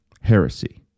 heresy